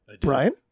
Brian